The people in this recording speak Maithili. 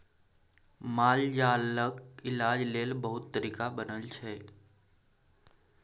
मालजालक इलाज लेल बहुत तरीका बनल छै